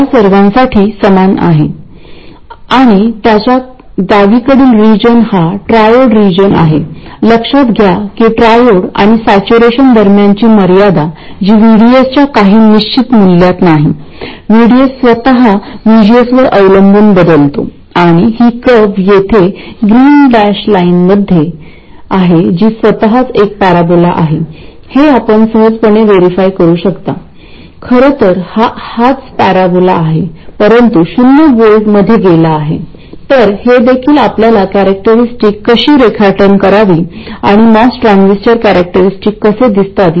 त्याचप्रमाणे kn जर लहान असेल तर VGS अधिक मोठा होईल जेणेकरून याची काही प्रमाणात भरपाई होईल तर येथे हे असे येईल कारण या विशिष्ट सर्किटमध्ये दुसर्या सर्किटमध्ये VG फिक्स केलेले नाही